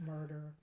Murder